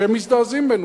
שהם מזדעזעים ממנו,